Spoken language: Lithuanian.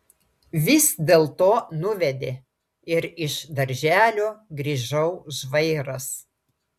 vis dėlto nuvedė ir iš darželio grįžau žvairas